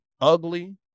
ugly